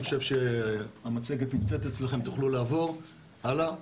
אני חושב שהמצגת נמצאת אצלכם ותוכלו לעבור על זה.